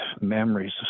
memories